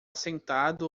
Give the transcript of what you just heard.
sentado